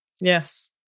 Yes